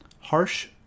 Harsh